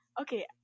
Okay